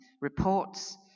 reports